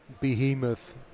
behemoth